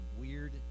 weird